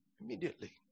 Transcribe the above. Immediately